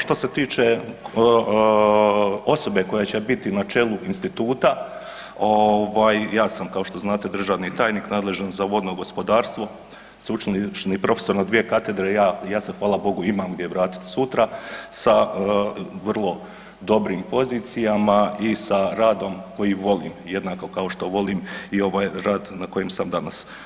Što se tiče osobe koja će biti na čelu instituta, ja sam kao što znate, državni tajnik nadležan za vodno gospodarstvo, sveučilišni profesor na dvije katedre, ja se hvala bogu, imam gdje vratiti sutra sa vrlo dobrim pozicijama i sa radom koji volim, jednako kao što volim i ovaj rad na kojem sam danas.